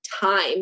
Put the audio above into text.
time